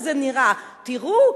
זה נראה: תראו,